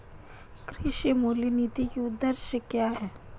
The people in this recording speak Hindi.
कृषि मूल्य नीति के उद्देश्य क्या है?